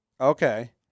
Okay